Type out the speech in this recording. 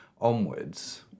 onwards